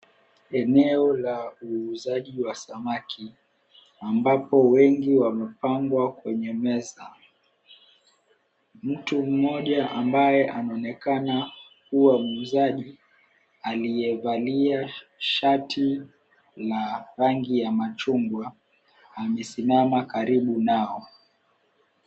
Eneo la uuzaji wa samaki ambapo wengi wamepangwa kwenye meza, mtu mmoja ambaye anaonekana kuwa muuzaji aliyevalia shati ya rangi ya machungwa amesimama karibu nao.